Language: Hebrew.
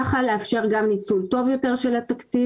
ככה גם לאשר ניצול טוב יותר של התקציב